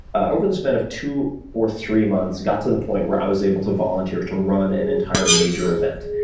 ah over the span of two or three months, i got to the point where i was able to volunteer to run an entire major event.